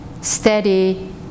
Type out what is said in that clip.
steady